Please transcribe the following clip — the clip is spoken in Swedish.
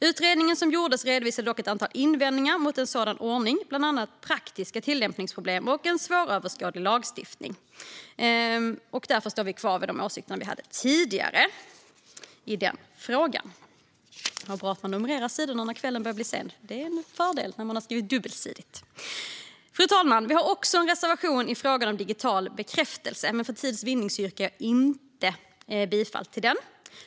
Utredningen som gjordes redovisade dock ett antal invändningar mot en sådan ordning, bland annat praktiska tillämpningsproblem och en svåröverskådlig lagstiftning. Därför står vi kvar vid de åsikter som vi hade tidigare i den frågan. Fru talman! Vi har också en reservation i frågan om digital bekräftelse. Men för tids vinnande yrkar jag inte bifall till den.